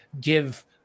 give